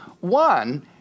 One